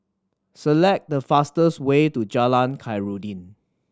select the fastest way to Jalan Khairuddin